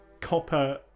Copper